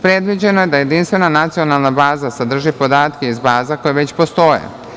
Predviđeno je da jedinstvena nacionalna baza sadrži podatke iz baza koje već postoje.